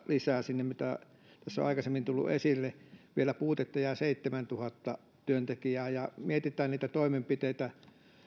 lisää siihen mikä tässä on aikaisemmin tullut esille niin puutetta jää vielä seitsemäntuhatta työntekijää vaikka mietitään niitä toimenpiteitä